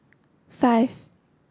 five